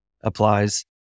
applies